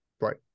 Right